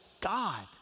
God